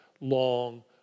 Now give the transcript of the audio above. long